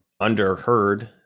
underheard